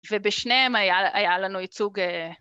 ובשניהם היה לנו ייצוג